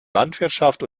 landwirtschaft